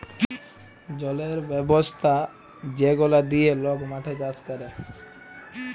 জলের ব্যবস্থা যেগলা দিঁয়ে লক মাঠে চাষ ক্যরে